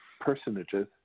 personages